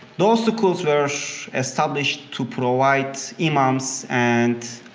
those schools were established to provide imams and